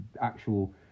actual